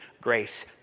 grace